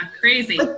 crazy